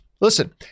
Listen